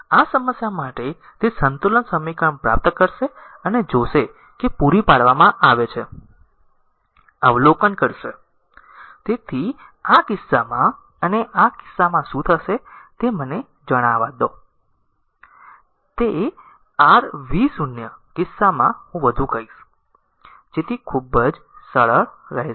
આ સમસ્યા માટે તે સંતુલન સમીકરણ પ્રાપ્ત કરશે અને જોશે કે r પૂરી પાડવામાં આવે છે અવલોકન કરશે તેથી આ r આ કિસ્સામાં અને આ કિસ્સામાં શું થશે તે મને જણાવવા દો તે r v0 કિસ્સામાં હું વધુ કહીશ જેથી ખૂબ જ સરળ રહેશે